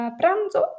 pranzo